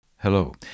Hello